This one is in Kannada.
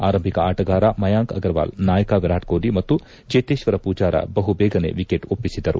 ಆರಂಭಿಕ ಆಟಗಾರ ಮಯಂಕ್ ಅಗರವಾಲ್ ನಾಯಕ ವಿರಾಟ್ ಕೊಹ್ಲಿ ಮತ್ತು ಚೇತೇಶ್ವರ ಪೂಜಾರ ಬಹುಬೇಗನೆ ವಿಕೆಟ್ ಒಪ್ಪಿಸಿದರು